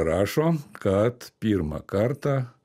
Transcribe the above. rašo kad pirmą kartą